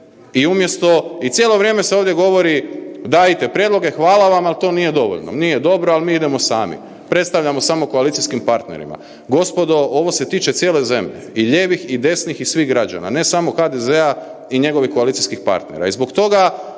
i cijelo vrijeme se ovdje govorite, dajte prijedloge, hvala vam, ali to nije dovoljno. Nije dobro, ali mi idemo sami. Predstavljamo samo koalicijskim partnerima. Gospodo, ovo se tiče cijele zemlje i lijevih i desnih i svih građana, ne samo HDZ-a i njegovih koalicijskih partnera.